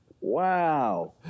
Wow